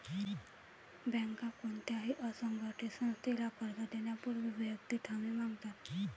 बँका कोणत्याही असंघटित संस्थेला कर्ज देण्यापूर्वी वैयक्तिक हमी मागतात